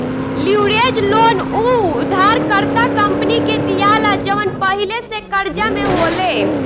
leverage loan उ उधारकर्ता company के दीआला जवन पहिले से कर्जा में होले